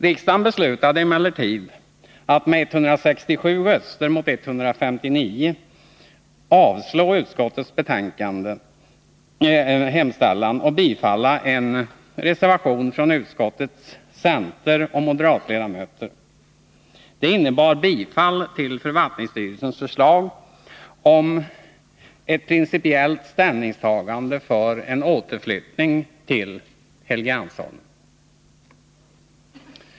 Riksdagen beslutade emellertid med 167 röster mot 149 att avslå utskottets hemställan och bifalla en reservation från utskottets coch m-ledamöter. Det innebar bifall till förvaltningsstyrelsens förslag om ett principiellt ställningstagande för en återflyttning till Helgeandsholmen.